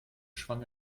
schwang